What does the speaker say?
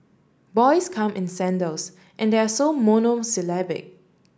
boys come in sandals and they are monosyllabic